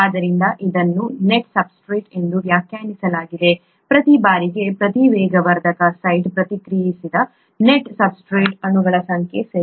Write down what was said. ಆದ್ದರಿಂದ ಇದನ್ನು net substrate ಎಂದು ವ್ಯಾಖ್ಯಾನಿಸಲಾಗಿದೆ ಪ್ರತಿ ಬಾರಿಗೆ ಪ್ರತಿ ವೇಗವರ್ಧಕ ಸೈಟ್ಗೆ ಪ್ರತಿಕ್ರಿಯಿಸಿದ ನೆಟ್ ಸಬ್ಸ್ಟ್ರೇಟ್ ಅಣುಗಳ ಸಂಖ್ಯೆ ಸರಿ